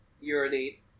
urinate